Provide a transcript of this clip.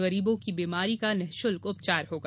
गरीबों की बीमारी का निःशुल्क उपचार होगा